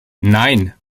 nein